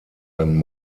ein